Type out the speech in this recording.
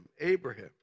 Abraham